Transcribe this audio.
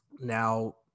Now